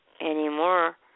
anymore